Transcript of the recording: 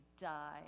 die